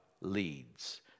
leads